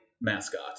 mascot